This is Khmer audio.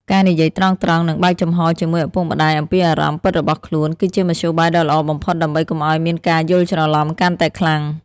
ការនិយាយត្រង់ៗ និងបើកចំហជាមួយឪពុកម្ដាយអំពីអារម្មណ៍ពិតរបស់ខ្លួន គឺជាមធ្យោបាយដ៏ល្អបំផុតដើម្បីកុំឱ្យមានការយល់ច្រឡំកាន់តែខ្លាំង។